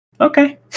okay